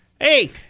Hey